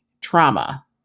trauma